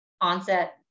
onset